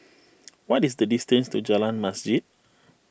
what is the distance to Jalan Masjid